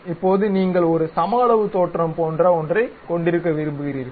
இப்போது நீங்கள் ஒரு சமஅளவுத் தோற்றம் போன்ற ஒன்றைக் கொண்டிருக்க விரும்புகிறீர்கள்